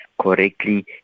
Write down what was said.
correctly